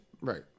Right